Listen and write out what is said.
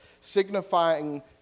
signifying